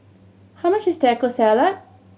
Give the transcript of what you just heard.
how much is Taco Salad